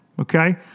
Okay